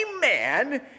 man